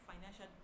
financial